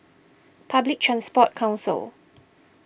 Public Transport Council